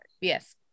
yes